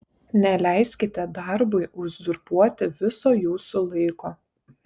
neleiskite darbui uzurpuoti viso jūsų laiko